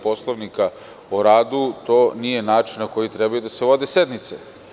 Poslovnika o radu, to nije način na koji treba da se vodi sednica.